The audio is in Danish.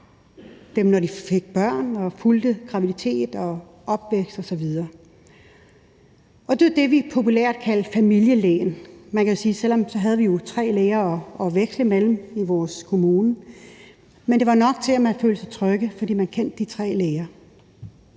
de, når de fik børn, og fulgte graviditet og opvækst osv. Det var det, vi populært kaldte familielægen. Man kan sige, at vi jo havde tre læger at veksle mellem i vores kommune, men det var nok til, at man følte sig tryg, fordi man kendte de tre læger.